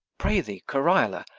pray thee, cariola,